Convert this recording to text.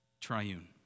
triune